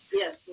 yes